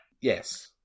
Yes